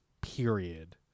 period